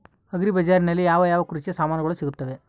Agri ಬಜಾರಿನಲ್ಲಿ ಯಾವ ಯಾವ ಕೃಷಿಯ ಸಾಮಾನುಗಳು ಸಿಗುತ್ತವೆ?